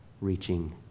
reaching